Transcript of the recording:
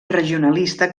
regionalista